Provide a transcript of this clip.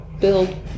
build